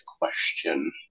question